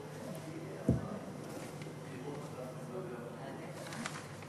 חוק יסודות התקציב